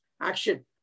action